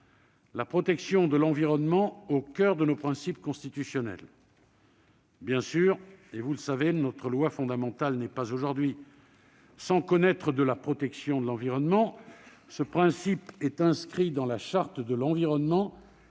la protection de l'environnement au coeur de nos principes constitutionnels. Bien sûr, et vous le savez, notre loi fondamentale n'est pas aujourd'hui sans connaître de la protection de l'environnement. Ce principe est inscrit dans la Charte de l'environnement,